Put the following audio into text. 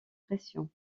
pressions